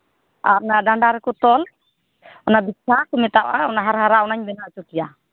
ᱟᱨ ᱚᱱᱟ ᱰᱟᱸᱰᱟ ᱨᱮᱠᱚ ᱛᱚᱞ ᱚᱱᱟ ᱵᱤᱪᱷᱟ ᱠᱚ ᱢᱮᱛᱟᱣᱟᱜᱼᱟ ᱚᱱᱟ ᱦᱟᱨ ᱦᱟᱨᱟ ᱚᱱᱟᱧ ᱵᱮᱱᱟᱣ ᱦᱚᱪᱚ ᱠᱮᱭᱟ